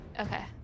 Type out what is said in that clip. okay